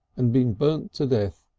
and been burnt to death.